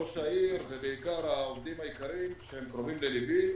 ראש העיר, ובעיקר העובדים היקרים שהם קרובים ללבי.